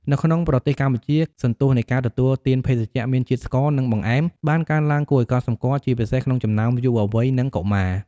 នៅក្នុងប្រទេសកម្ពុជា សន្ទុះនៃការទទួលទានភេសជ្ជៈមានជាតិស្ករ និងបង្អែមបានកើនឡើងគួរឱ្យកត់សម្គាល់ ជាពិសេសក្នុងចំណោមយុវវ័យនិងកុមារ។